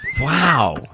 Wow